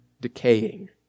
decaying